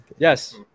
Yes